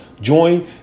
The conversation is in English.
join